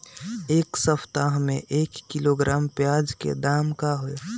एक सप्ताह में एक किलोग्राम प्याज के दाम का होई?